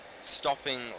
stopping